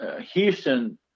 Houston